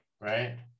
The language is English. right